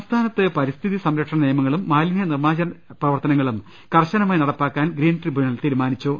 സംസ്ഥാനത്ത് പരിസ്ഥിതി സംരക്ഷണ നിയമങ്ങളും മാലിനൃ നിർമാർജന പ്രവർത്തനങ്ങളും കർശനമായി നടപ്പാക്കാൻ ഗ്രീൻ ട്രിബ്യൂണൽ തീരുമാനിച്ചു